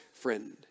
friend